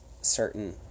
certain